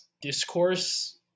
discourse